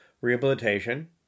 rehabilitation